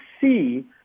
see